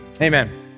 amen